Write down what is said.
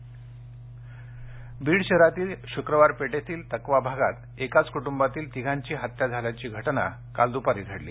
बीड तिहेरी हत्या बीड शहरातील शुक्रवार पेठेतील तकवा भागात एकाच कुटूंबातील तिघांची हत्या झाल्याची घटना काल दुपारी घडली